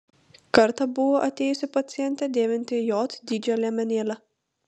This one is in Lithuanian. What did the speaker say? kartą buvo atėjusi pacientė dėvinti j dydžio liemenėlę